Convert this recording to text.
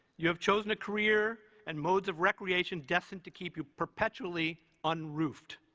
you have chosen a career and modes of recreation destined to keep you perpetually unroofed.